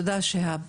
תודה, שיהאב.